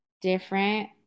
different